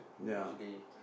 usual day